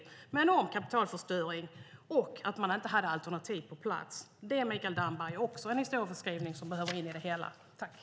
Det var en enorm kapitalförstöring, och man hade inte alternativ på plats. Det, Mikael Damberg, är också en historiebeskrivning som behöver komma in i det hela.